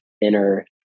inner